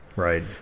Right